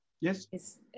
yes